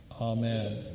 Amen